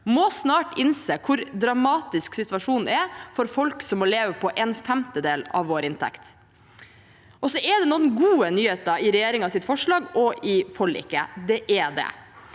må snart innse hvor dramatisk situasjonen er for folk som må leve på en femtedel av vår inntekt. Det er noen gode nyheter i regjeringens forslag og i forliket, det er det,